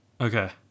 Okay